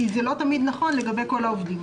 כי זה לא תמיד נכון לגבי כל העובדים.